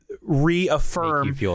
reaffirm